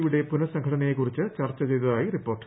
യുടെ പുന് സംഘടനയെക്കുറിച്ച് ചർച്ച ചെയ്തതായി റിപ്പോർട്ട്